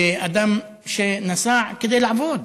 אדם שנסע כדי לעבוד,